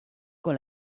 con